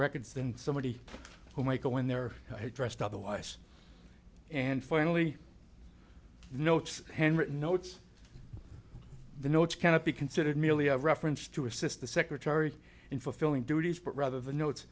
records than somebody who might go in there dressed otherwise and finally notice handwritten notes the notes kind of be considered merely a reference to assist the secretary in fulfilling duties but rather the notes